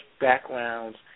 backgrounds